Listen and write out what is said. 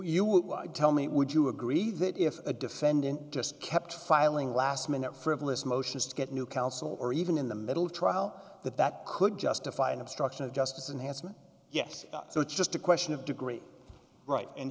would tell me would you agree that if a defendant just kept filing last minute frivolous motions to get new counsel or even in the middle of trial that that could justify an obstruction of justice and hasn't yet so it's just a question of degree right and